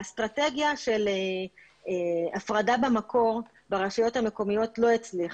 האסטרטגיה של הפרדה במקור ברשויות המקומיות לא הצליחה,